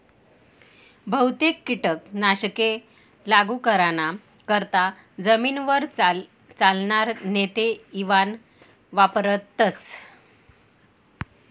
बहुतेक कीटक नाशके लागू कराना करता जमीनवर चालनार नेते इवान वापरथस